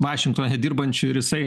vašingtone dirbančiu ir jisai